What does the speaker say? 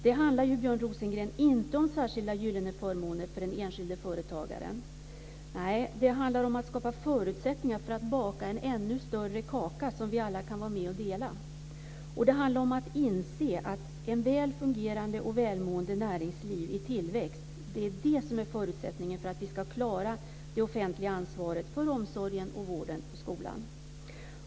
Det handlar ju, Björn Rosengren, inte om särskilda gyllene förmåner för den enskilde företagaren. Nej, det handlar om att skapa förutsättningar för att baka en ännu större kaka som vi alla kan vara med och dela. Och det handlar om att inse att ett väl fungerande och välmående näringsliv i tillväxt är förutsättningen för att vi ska klara det offentliga ansvaret för omsorgen, vården och skolan.